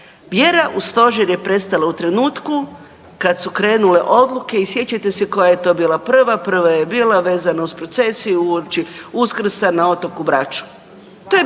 Vjera u Stožer je prestala u trenutku kad su krenule odluke i sjećate se koja je to bila prva. Prva je bila vezana uz procesiju uopći Uskrsa na otoku Braču.